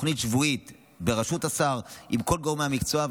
תוכנית שבועית בראשות השר עם כל גורמי המקצוע,